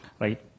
right